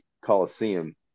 Coliseum